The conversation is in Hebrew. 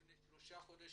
לפני שלושה חודשים,